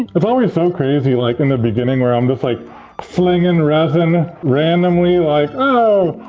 if i were so crazy, like in the beginning where i'm just like flinging resin randomly like oh.